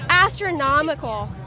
astronomical